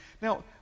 Now